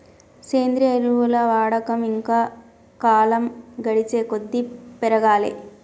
సేంద్రియ ఎరువుల వాడకం ఇంకా కాలం గడిచేకొద్దీ పెరగాలే